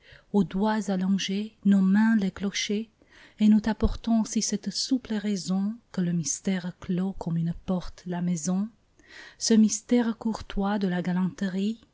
aux doigts allongés nos mains les clochers et nous t'apportons aussi cette souple raison que le mystère clôt comme une porte la maison ce mystère courtois de la galanterie